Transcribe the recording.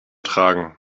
tragen